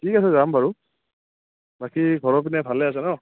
ঠিক আছে যাম বাৰু বাকী ঘৰৰ পিনে ভালে আছে ন